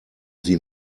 sie